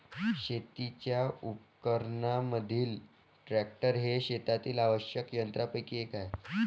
शेतीच्या उपकरणांमधील ट्रॅक्टर हे शेतातील आवश्यक यंत्रांपैकी एक आहे